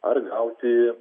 ar gauti